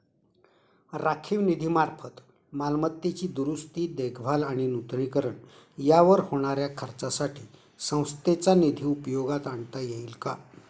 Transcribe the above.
राखीव निधीमार्फत मालमत्तेची दुरुस्ती, देखभाल आणि नूतनीकरण यावर होणाऱ्या खर्चासाठी संस्थेचा निधी उपयोगात आणता येईल का?